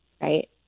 right